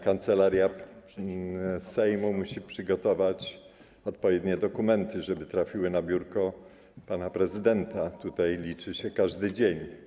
Kancelaria Sejmu musi przygotować odpowiednie dokumenty, żeby trafiły na biurko pana prezydenta, tutaj liczy się każdy dzień.